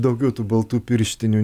daugiau tų baltų pirštinių